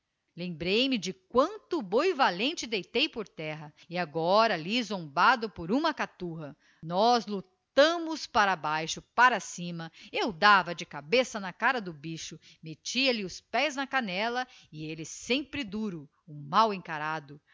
e de quanto boi valente deitei por terra e agora alli zombado por um caturra nós luctámos para baixo para cima eu dava de cabeça na cara do bicho mettia lhe os pés na canella e elle semipre duro o mal encarado